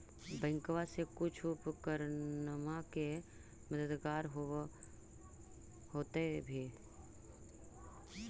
बैंकबा से कुछ उपकरणमा के मददगार होब होतै भी?